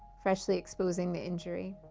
freshly exposing the injury.